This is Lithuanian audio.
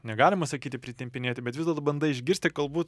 negalima sakyti pritempinėti bet vis dėlto bandai išgirsti galbūt